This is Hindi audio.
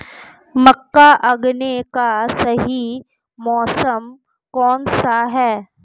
मक्का उगाने का सही मौसम कौनसा है?